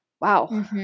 wow